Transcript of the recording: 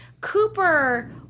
Cooper